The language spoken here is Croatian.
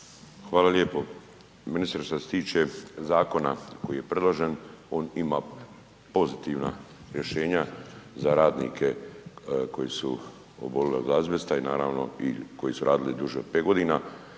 Hvala lijepo. Ministre, šta se tiče zakona koji je predložen, on ima pozitivna rješenja za radnike koji su obolili od azbesta i naravno i koji su radili duže od 5.g.,